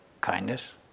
kindness